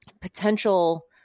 potential